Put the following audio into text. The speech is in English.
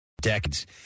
decades